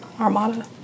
armada